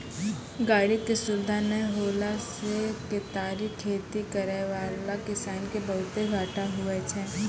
गाड़ी के सुविधा नै होला से केतारी खेती करै वाला किसान के बहुते घाटा हुवै छै